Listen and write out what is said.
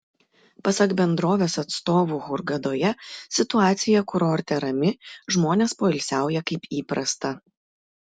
pasak bendrovės atstovų hurgadoje situacija kurorte rami žmonės poilsiauja kaip įprasta